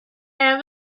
have